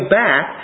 back